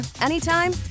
anytime